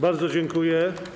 Bardzo dziękuję.